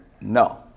No